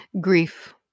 grief